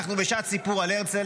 אנחנו בשעת סיפור על הרצל,